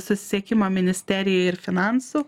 susisiekimo ministerijai ir finansų